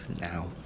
now